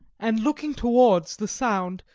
and looking towards the sound,